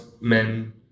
men